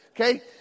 Okay